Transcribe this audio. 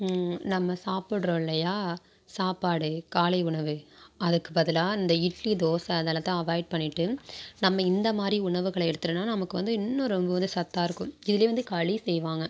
நம்ம சாப்பிட்றோம் இல்லையா சாப்பாடு காலை உணவு அதுக்குப் பதிலாக இந்த இட்லி தோசை அதெல்லாத்தையும் அவாய்ட் பண்ணிகிட்டு நம்ம இந்தமாதிரி உணவுகளை எடுத்துகிட்டோம்னா நமக்கு வந்து இன்னும் ரொம்ப வந்து சத்தாக இருக்கும் இதுலே வந்து களி செய்வாங்க